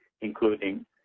including